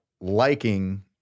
liking